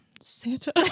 Santa